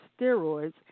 steroids